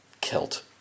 kilt